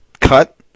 cut